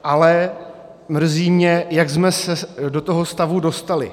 Ale mrzí mě, jak jsme se do toho stavu dostali.